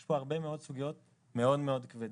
יש פה הרבה סוגיות מאוד-מאוד כבדות.